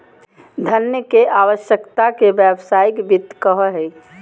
धन के आवश्यकता के व्यावसायिक वित्त कहो हइ